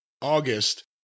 August